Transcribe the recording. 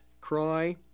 cry